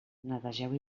netegeu